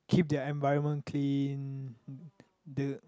keep their environment clean the